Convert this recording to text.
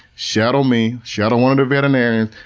shadow me. shadow one of the veterinarians,